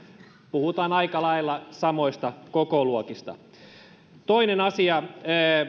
puhutaan aika lailla samoista kokoluokista toinen asia